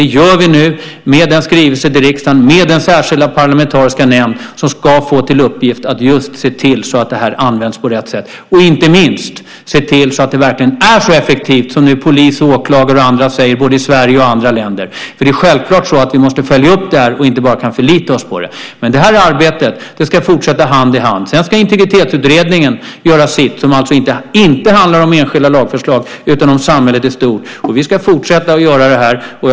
Det gör vi också nu - med den här skrivelsen till riksdagen och med den särskilda parlamentariska nämnd som ska få till uppgift att just se till att detta används på rätt sätt och, inte minst, att det verkligen blir så effektivt som polis, åklagare och andra nu säger, både i Sverige och i andra länder. Självklart måste vi följa upp detta; vi kan inte bara förlita oss på det. Detta arbete ska fortsätta hand i hand. Sedan ska Integritetsutredningen göra sitt, som alltså inte handlar om enskilda lagförslag utan om samhället i stort. Vi ska fortsätta att göra detta.